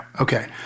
okay